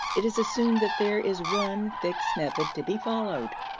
it is assumed that there is one fixed method to be followed.